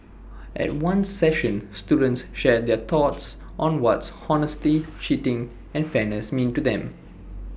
at one session students shared their thoughts on what honesty cheating and fairness mean to them